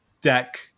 deck